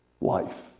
life